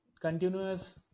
continuous